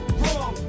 wrong